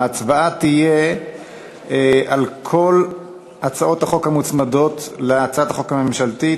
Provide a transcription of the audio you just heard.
ההצבעה תהיה על כל הצעות החוק המוצמדות להצעת החוק הממשלתית,